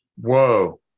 Whoa